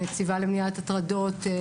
הנציבה למניעת הטרדות,